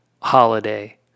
holiday